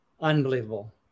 Unbelievable